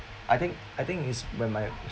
I think I think it's when my